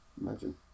Imagine